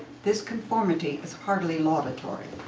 this conformity is hardly lauditory.